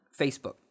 Facebook